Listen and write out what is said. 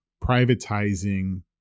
privatizing